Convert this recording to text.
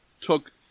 took